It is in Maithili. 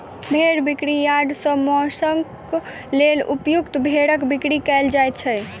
भेंड़ बिक्री यार्ड सॅ मौंसक लेल उपयुक्त भेंड़क बिक्री कयल जाइत छै